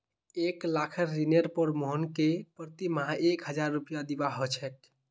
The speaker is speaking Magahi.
एक लाखेर ऋनेर पर मोहनके प्रति माह एक हजार रुपया दीबा ह छेक